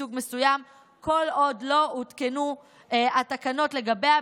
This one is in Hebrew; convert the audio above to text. מסוג מסוים כל עוד לא הותקנו התקנות לגביה,